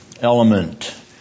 element